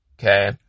Okay